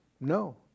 No